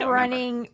running